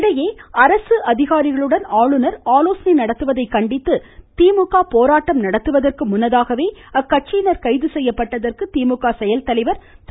இதனிடையே அரசு அதிகாரிகளுடன் ஆளுநர் ஆலோசனை நடத்துவதை கண்டித்து திமுக போராட்டம் நடத்துவதற்கு முன்னதாகவே கட்சியினர் கைகி செய்யப்பட்டதற்கு செயல்தலைவர் திரு